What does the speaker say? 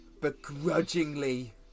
begrudgingly